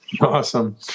Awesome